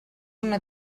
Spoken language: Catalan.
una